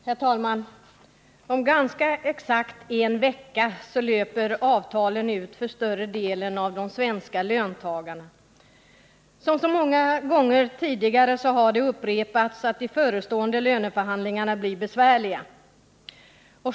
Herr talman! Om ganska exakt en vecka löper avtalen ut för större delen av de svenska löntagarna. Som så många gånger tidigare har det upprepats att de förestående löneförhandlingarna blir besvärliga.